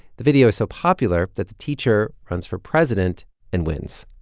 the video is so popular that the teacher runs for president and wins,